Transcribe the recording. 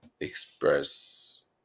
express